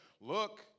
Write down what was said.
look